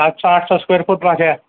સાતસો આઠસો સ્કેવર ફૂટમાં છે